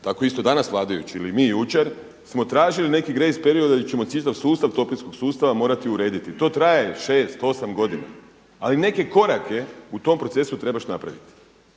danas isto vladajući ili mi jučer smo tražili neki grace period jer ćemo čitav sustav toplinskog sustava morati urediti. To traje šest, osam godina. Ali neke korake u tom procesu trebaš napraviti.